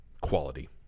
quality